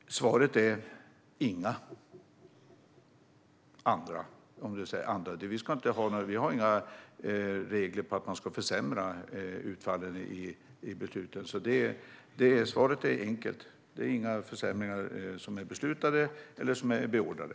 Svaret på frågan är: Inga andra. Vi har inga regler om att vi ska försämra utfallen i besluten. Svaret är enkelt. Det finns inga beslut om försämringar, och inga är heller beordrade.